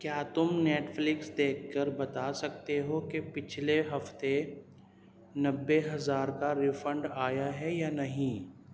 کیا تم نیٹفلکس دیکھ کر بتا سکتے ہو کہ پچھلے ہفتے نبے ہزار کا ریفنڈ آیا ہے یا نہیں